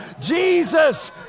Jesus